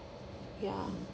ya